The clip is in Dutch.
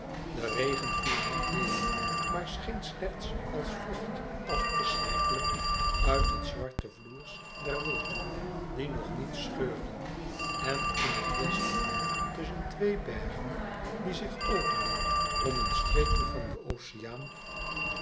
de regen viel niet neêr maar scheen slechts als vocht af te sijpelen uit het zwarte floers der wolken die nog niet scheurden en in het westen tusschen twee bergen die zich openden om een streepje van den oceaan